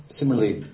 similarly